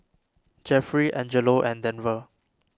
Jeffry Angelo and Denver